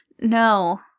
No